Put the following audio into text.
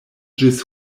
ĝis